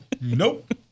Nope